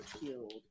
killed